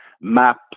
map